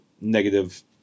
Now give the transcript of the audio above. negative